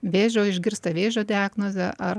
vėžio išgirstą vėžio diagnozę ar